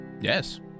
Yes